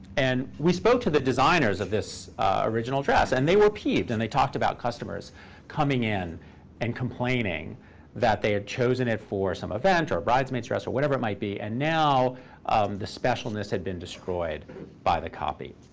and we spoke to the designers of this original dress, and they were peeved. and they talked about customers coming in and complaining that they had chosen it for some event or a bridesmaid's dress or whatever it might be, and now the specialness had been destroyed by the copy.